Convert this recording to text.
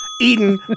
Eden